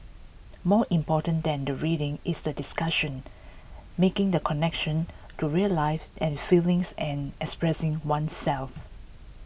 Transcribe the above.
more important than the reading is the discussion making the connections to real life and feelings and expressing oneself